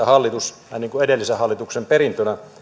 hallitus vähän niin kuin edellisen hallituksen perintönä